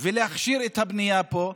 ולהכשיר את הבנייה פה.